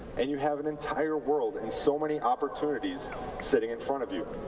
and you have an entire world and so many opportunities sitting in front of you.